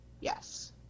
Yes